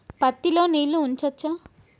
పత్తి లో నీళ్లు ఉంచచ్చా?